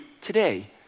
today